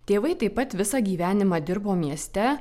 tėvai taip pat visą gyvenimą dirbo mieste